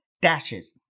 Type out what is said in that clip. dashes